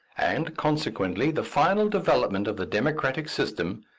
and, consequently, the final development of the democratic system,